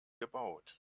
gebaut